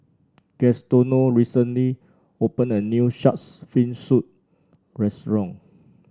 Gaetano recently opened a new shark's fin soup restaurant